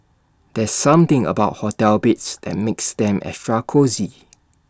there's something about hotel beds that makes them extra cosy